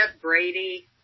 Brady